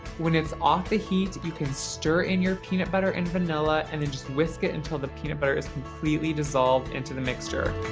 when it's off the heat, you can stir in your peanut butter and vanilla and then just whisk it until the peanut butter is completely dissolved into the mixture.